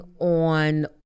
on